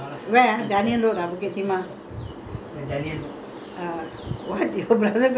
then you all go and pluck rambutan don't go to school where ah dunearn road ah bukit timah